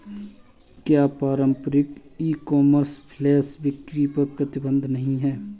क्या पारंपरिक e commerce flash बिक्री पर प्रतिबंध नहीं है?